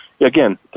again